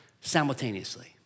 simultaneously